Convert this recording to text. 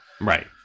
right